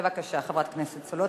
בבקשה, חברת הכנסת סולודקין.